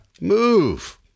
Move